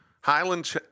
Highland